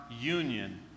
union